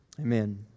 Amen